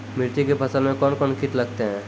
मिर्ची के फसल मे कौन कौन कीट लगते हैं?